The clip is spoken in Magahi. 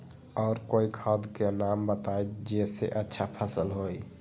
और कोइ खाद के नाम बताई जेसे अच्छा फसल होई?